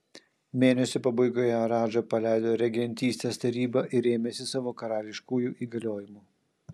mėnesio pabaigoje radža paleido regentystės tarybą ir ėmėsi savo karališkųjų įgaliojimų